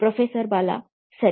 professor Bala ಸರಿ